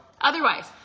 Otherwise